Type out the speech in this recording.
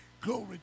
glory